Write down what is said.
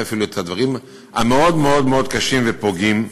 אפילו את הדברים המאוד-מאוד-מאוד קשים ופוגעים.